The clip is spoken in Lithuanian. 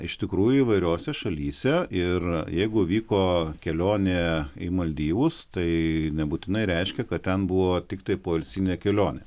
iš tikrųjų įvairiose šalyse ir jeigu vyko kelionė į maldyvus tai nebūtinai reiškia kad ten buvo tiktai poilsinė kelionė